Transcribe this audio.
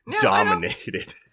dominated